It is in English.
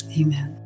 amen